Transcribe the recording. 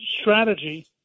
strategy